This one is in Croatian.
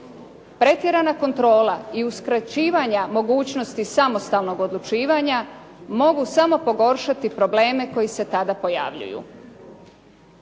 Pretjerana kontrola i uskraćivanja mogućnosti samostalnog odlučivanja mogu samo pogoršati probleme koji se tada pojavljuju.